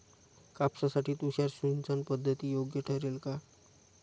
कापसासाठी तुषार सिंचनपद्धती योग्य ठरेल का?